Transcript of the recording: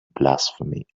blasphemy